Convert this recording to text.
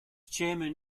chairman